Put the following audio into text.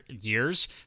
years